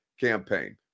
campaign